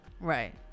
Right